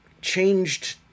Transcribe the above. changed